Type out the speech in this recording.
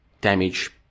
damage